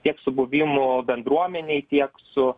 tiek su buvimu bendruomenėj tiek su